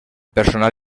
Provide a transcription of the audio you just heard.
personal